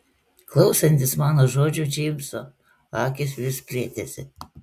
klausantis mano žodžių džeimso akys vis plėtėsi